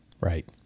Right